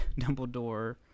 Dumbledore